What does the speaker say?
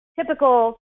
Typical